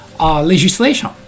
legislation